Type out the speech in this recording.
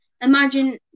imagine